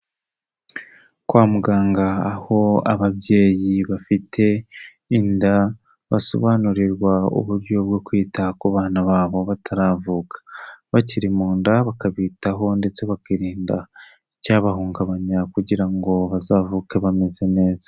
Kwa muganga aho ababyeyi bafite inda basobanurirwa uburyo bwo kwita ku bana babo bataravuka, bakiri mu nda bakabitaho ndetse bakirinda icyabahungabanya kugira ngo bazavuke bameze neza.